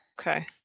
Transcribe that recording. Okay